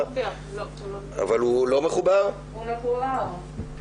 -- על המיעוט הערבי בישראל.